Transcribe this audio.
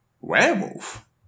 Werewolf